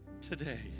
today